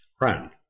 run